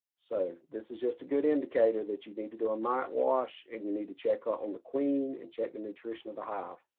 so this is just a good indicator that you need to do a mite wash and you need to check ah on the queen and check the nutrition of the hive.